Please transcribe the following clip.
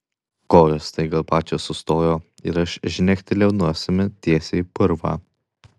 kojos staiga pačios sustojo ir aš žnektelėjau nosimi tiesiai į purvą